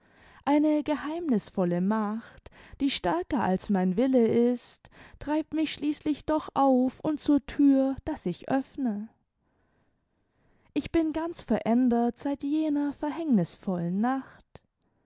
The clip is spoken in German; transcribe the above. eine geheimnisvolle macht die stärker als mein wille ist treibt mich schließlich doch auf imd zur tür daß ich öffne ich bin ganz veräadert seit jener verhängnisvollen nacht